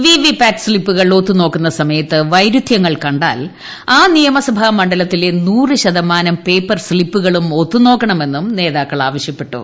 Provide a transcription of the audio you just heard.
VVPAT സ്ലിപ്പുകൾ ഒത്തുനോക്കുന്ന സമയത്ത് വൈരുദ്ധ്യങ്ങൾ കണ്ടാൽ ആ നിയമസഭാമണ്ഡലത്തിലെ നൂറു ശതമാനം പേപ്പർ സ്തിപ്പുകളും ഒത്തുനോക്കണമെന്നും നേതാക്കൾ ആവശ്യപ്പെട്ടു